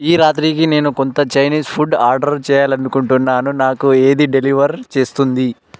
ఈ రాత్రికి నేను కొంత చైనీస్ ఫుడ్ ఆర్డర్ చేయాలనుకుంటున్నాను నాకు ఏది డెలివర్ చేస్తుంది